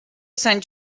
sant